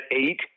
eight